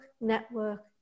network